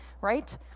right